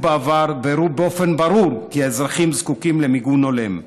בעבר והראו באופן ברור כי האזרחים זקוקים למיגון הולם.